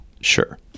Sure